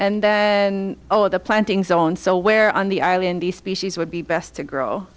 and then all of the planting zone so where on the island the species would be best to grow